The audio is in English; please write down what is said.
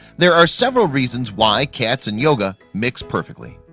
there are several reasons why cats and yoga mix perfectly?